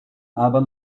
aber